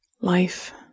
Life